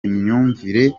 imyumvire